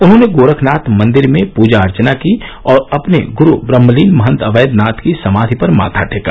उन्होंने गोरखनाथ मंदिर में पूजा अर्चना की और अपने ग्रू ब्रहमलीन महत अवेद्यनाथ की समाधि पर माथा टेका